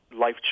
life